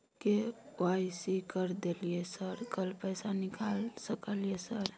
KYC कर दलियै sir कल पैसा निकाल सकलियै सर?